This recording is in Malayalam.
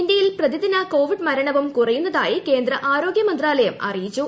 ഇന്ത്യയിൽ പ്രതിദിന കോവിഡ് മരണവും കുറയുന്നതായി കേന്ദ്ര ആരോഗ്യമന്ത്രാലയം അറിയിച്ചു